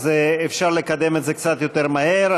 אז יהיה אפשר לקדם את זה קצת יותר מהר.